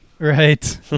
Right